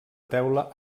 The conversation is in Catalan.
teula